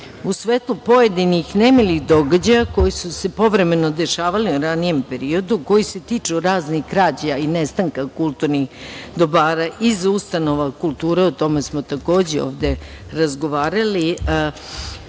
svetlu pojedinih nemilih događaja koji su se povremeno dešavali u ranijem periodu, a koji se tiču raznih krađa i nestanka kulturnih dobara iz Ustanova kulture, i o tome smo takođe ovde razgovarali,